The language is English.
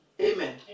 Amen